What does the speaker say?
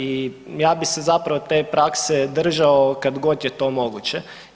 I ja bi se zapravo te prakse držao kad god je to moguće.